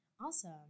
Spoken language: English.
Awesome